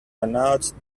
announced